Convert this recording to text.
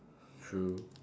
true